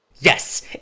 Yes